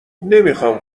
نمیخام